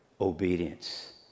Obedience